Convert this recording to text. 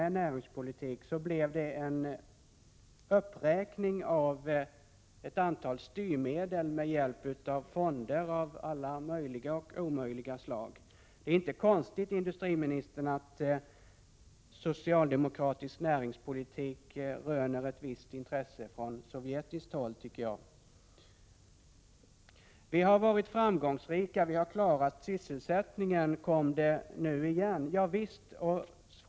Då blev det en uppräkning av ett antal styrmedel som baseras på fonder av alla möjliga och omöjliga slag. Det är inte konstigt, industriministern, att socialdemokratisk näringspolitik röner ett visst intresse från sovjetiskt håll. Industriministern upprepade att vi har varit framgångsrika och klarat sysselsättningen.